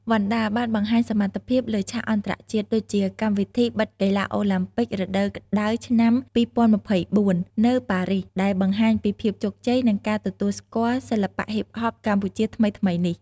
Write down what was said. វណ្ណដាបានបង្ហាញសមត្ថភាពលើឆាកអន្តរជាតិ ដូចជា កម្មវិធីបិទកីឡាអូឡាំពិករដូវក្តៅឆ្នាំ ២០២៤ នៅប៉ារីស ដែលបង្ហាញពីភាពជោគជ័យ និងការទទួលស្គាល់សិល្បៈហ៊ីបហប កម្ពុជាថ្មីៗនេះ។